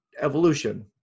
evolution